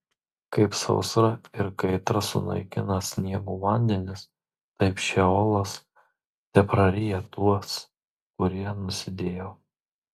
kaip sausra ir kaitra sunaikina sniego vandenis taip šeolas tepraryja tuos kurie nusidėjo